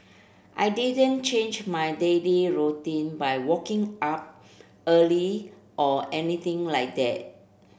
I didn't change my daily routine by walking up early or anything like that